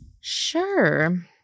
Sure